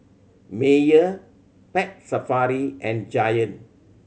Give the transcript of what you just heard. Mayer Pet Safari and Giant